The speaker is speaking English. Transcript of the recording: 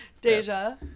Deja